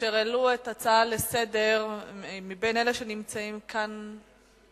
אשר העלו את ההצעה לסדר-היום מבין אלה שנמצאים כאן כרגע,